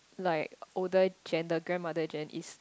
like older gen the grandmother gen is